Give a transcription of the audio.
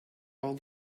all